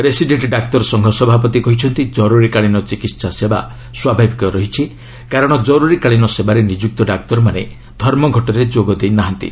resident ଡାକ୍ତର ସଂଘ ସଭାପତି କହିଛନ୍ତି ଜର୍ତ୍ରରିକାଳୀନ ଚିକିତ୍ସା ସେବା ସ୍ୱାଭାବିକ ରହିଛି କାରଣ ଜର୍ତ୍ରିକାଳୀନ ସେବାରେ ନିଯୁକ୍ତ ଡାକ୍ତରମାନେ ଧର୍ମଘଟରେ ଯୋଗ ଦେଇ ନାହାନ୍ତି